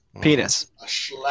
Penis